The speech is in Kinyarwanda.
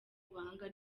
ubuhanga